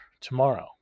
tomorrow